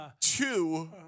two